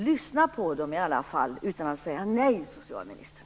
Lyssna i alla fall, utan att bara säga nej, socialministern!